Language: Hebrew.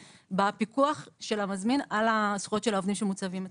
בפיקוח של המזמין על הזכויות של העובדים שמוצבים אצלו.